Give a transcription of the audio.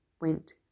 went